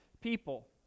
people